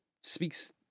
speaks